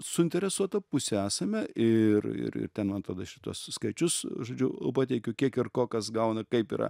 suinteresuota pusė esame ir ir ir ten man atrodo šituos skaičius žodžiu pateikiu kiek ir ko kas gauna kaip yra